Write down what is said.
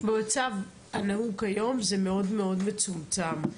זה מאוד מאוד מצומצם.